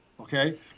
okay